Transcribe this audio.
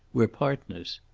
we're partners.